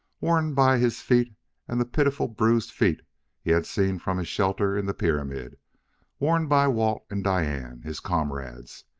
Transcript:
worn by his feet and the pitiful, bruised feet he had seen from his shelter in the pyramid worn by walt and diane his comrades!